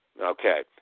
Okay